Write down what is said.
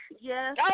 yes